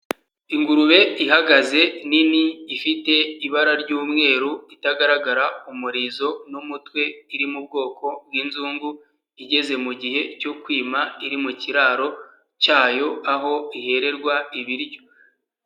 Ingurube ihagaze nini ifite ibara ry'umweru itagaragara ku muririzo n'umutwe iri mu bwoko bw'inzungu, igeze mu gihe cyo kwima iri mu kiraro cyayo aho ihererwa ibiryo.